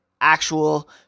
actual